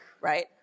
right